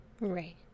Right